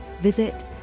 visit